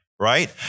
Right